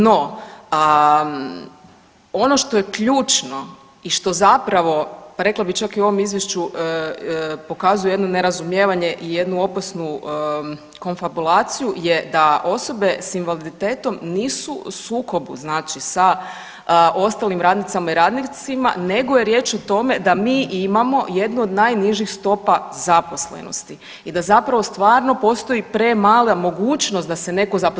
No, ono što je ključno i što zapravo pa rekla bih čak i u ovom izvješću pokazuje jedno nerazumijevanje i jednu opasnu konfabulaciju je da osobe s invaliditetom nisu u sukobu znači sa ostalim radnicama i radnicima nego je riječ o tome da mi imamo jednu od najnižih stopa zaposlenosti i da zapravo stvarno postoji premala mogućnost da se netko zaposli.